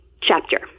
chapter